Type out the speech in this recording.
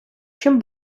чим